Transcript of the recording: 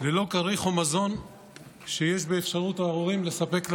ללא כריך או מזון שיש באפשרות ההורים לספק להם,